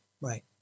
Right